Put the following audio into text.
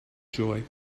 joy